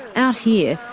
out here,